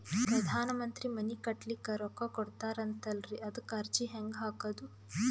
ಪ್ರಧಾನ ಮಂತ್ರಿ ಮನಿ ಕಟ್ಲಿಕ ರೊಕ್ಕ ಕೊಟತಾರಂತಲ್ರಿ, ಅದಕ ಅರ್ಜಿ ಹೆಂಗ ಹಾಕದು?